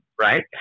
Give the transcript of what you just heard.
Right